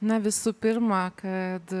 na visų pirma kad